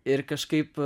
ir kažkaip